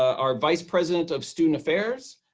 our vice president of student affairs,